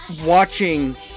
watching